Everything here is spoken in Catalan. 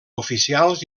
oficials